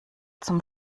zum